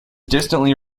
distantly